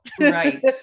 Right